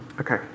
Okay